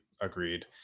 Agreed